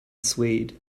swayed